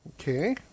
Okay